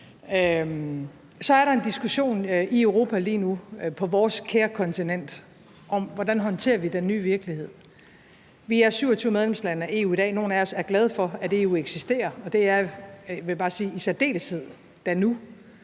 lige nu en diskussion i Europa, på vores kære kontinent, om, hvordan vi håndterer den nye virkelighed. Vi er 27 medlemmer af EU i dag. Nogle af os er glade for, at EU eksisterer, og da i særdeleshed nu,